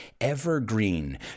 evergreen